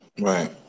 Right